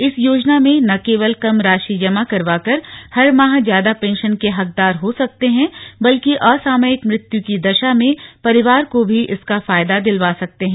इस योजना में न केवल कम राशि जमा करवाकर हर माह ज्यादा पेंशन के हकदार हो सकते हैं बल्कि असामयिक मृत्यु की दशा में परिवार को भी इसका फायदा दिलवा सकते हैं